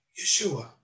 Yeshua